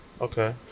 Okay